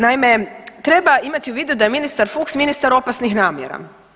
Naime, treba imati u vidu da je ministar Fuchs ministar opasnih namjera.